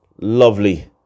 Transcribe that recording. lovely